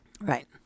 right